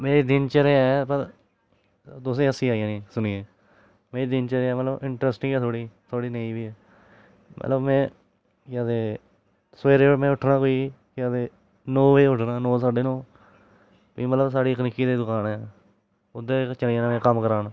मेरी दिनचर्या ऐ पर तुसेंई हस्सी आई जानी सुनियै मेरी दिनचर्या मतलब इंटरेस्टिंग ऐ थोह्ड़ी थोह्ड़ी नेई बी एह् मतलब में केह् आखदे सवेरे उट्ठना कोई केह् आखदे नौ बजे उट्ठना नौ साड्डे नौ फ्ही मतलब साढ़ी इक निक्की जेही दकान ऐ उंदे चली जाना कम्म करान